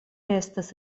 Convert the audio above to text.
estas